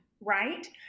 right